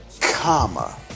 Comma